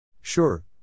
Sure